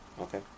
Okay